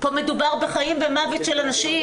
מדובר פה בחיים ומוות של אנשים,